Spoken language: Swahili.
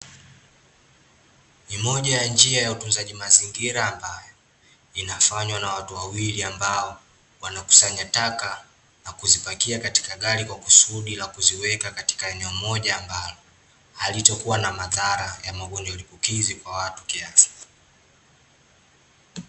Ni moja ya njia ya utunzaji mazingira ambayo, inafanywa na watu wawili ambao, wanakusanya taka, na kuzipakia katika gari kwa kusudi la kuziweka katika eneo moja ambalo, halitokuwa na madhara ya magonjwa lipukizi kwa watu kiasi.